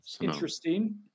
Interesting